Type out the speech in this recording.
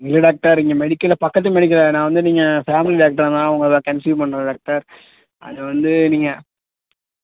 இல்லை டாக்டர் இங்கே மெடிக்கலில் பக்கத்துக்கு மெடிக்கலில் நான் வந்து நீங்கள் ஃபேமிலி டாக்டர் நான் உங்களை கன்ஸும் பண்ணுகிறேன் டாக்டர் அது வந்து நீங்கள்